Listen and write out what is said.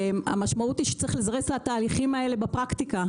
המשמעות היא שצריך לזרז את התהליכים האלה בפרקטיקה.